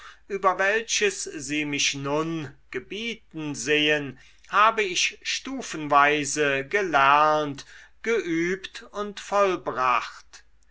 über welches sie mich nun gebieten sehen habe ich stufenweise gelernt geübt und vollbracht